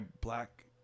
black